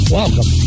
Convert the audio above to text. welcome